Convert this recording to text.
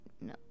no